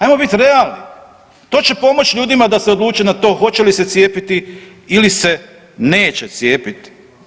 Ajmo biti realni to će pomoći ljudima da se odluče na to hoće li se cijepiti ili se neće cijepiti.